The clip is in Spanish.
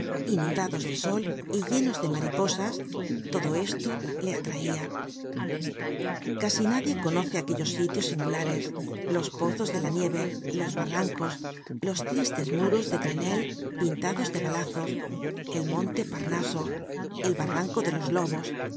inundados de sol y llenos de mariposas todo esto le atraia content from google book search generated at casi nadie conoce aquellos sitios singulares los pozos de la nieve los barrancos los tristes muros de grenelle pintados de balazos el monte parnaso el barr anco de los lobos